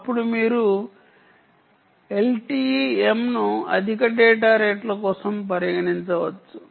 అప్పుడు మీరు LTE M ను అధిక డేటా రేట్ల కోసం పరిగణించవచ్చు